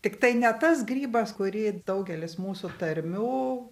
tiktai ne tas grybas kurį daugelis mūsų tarmių